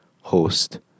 host